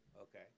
Okay